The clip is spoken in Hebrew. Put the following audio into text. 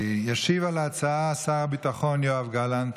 ישיב על ההצעה שר הביטחון יואב גלנט.